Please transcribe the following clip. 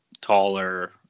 taller